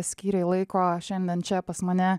skyrei laiko šiandien čia pas mane